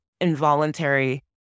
involuntary